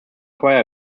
require